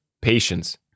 patience